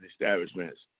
establishments